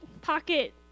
pocket